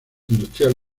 industrial